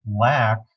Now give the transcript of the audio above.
lack